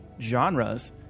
genres